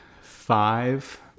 five